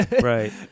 Right